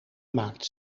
maakt